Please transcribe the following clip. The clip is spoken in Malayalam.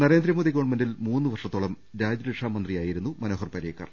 നരേന്ദ്രമോദി ഗവൺമെന്റിൽ മൂന്ന് വർഷത്തോളം രാജ്യരക്ഷാമ ന്ത്രിയായിരുന്നു മനോഹർ പരീക്കർ